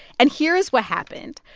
and here's what happened.